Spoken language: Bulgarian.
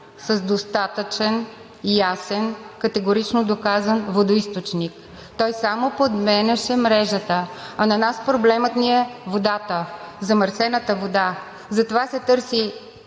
с достатъчен, ясен, категорично доказан водоизточник. Той само подменяше мрежата, а на нас проблемът ни е замърсената вода. Затова се търси